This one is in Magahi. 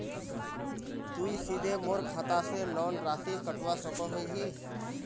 तुई सीधे मोर खाता से लोन राशि कटवा सकोहो हिस?